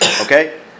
okay